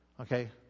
Okay